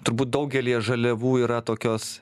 turbūt daugelyje žaliavų yra tokios